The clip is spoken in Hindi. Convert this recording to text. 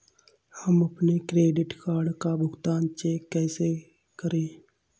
हम अपने क्रेडिट कार्ड का भुगतान चेक से कैसे करें?